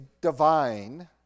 divine